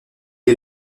est